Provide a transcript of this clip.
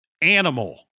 Animal